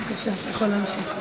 בבקשה, אתה יכול להמשיך.